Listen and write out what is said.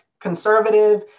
conservative